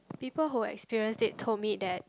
people who experienced it told me that